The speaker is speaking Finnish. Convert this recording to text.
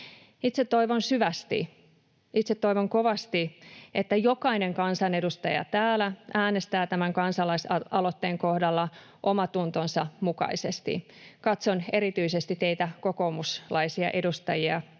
Itse toivon syvästi, itse toivon kovasti, että jokainen kansanedustaja täällä äänestää tämän kansalaisaloitteen kohdalla omantuntonsa mukaisesti — katson erityisesti teitä kokoomuslaisia edustajia,